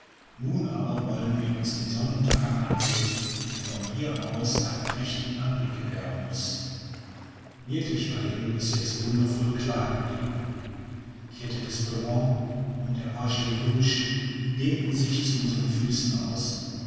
nun aber wollen wir uns den sonnenuntergang ansehen der von hier aus einen prächtigen anblick gewähren muß wirklich war der himmel bis jetzt wundervoll klar geblieben die kette des brevent und der aiguilles rouges dehnte sich zu unsern füßen aus